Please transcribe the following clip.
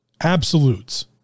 absolutes